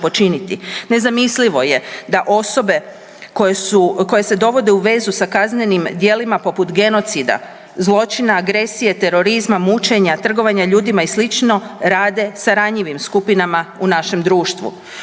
Nezamislivo je da osobe koje se dovode u vezu sa kaznenim djelima poput genocida, zločina, agresije, terorizma, mučenja, trgovanja ljudima i slično rade sa ranjivim skupinama u našem društvu.